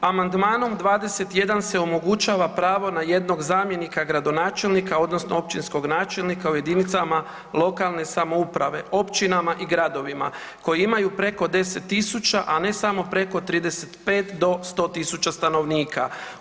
Amandmanom 21. se omogućava pravo na jednog zamjenika gradonačelnika odnosno općinskog načelnika u jedinicama lokalne samouprave, općinama i gradovima koji imaju preko 10.000, a ne samo preko 35 do 100.000 stanovnika.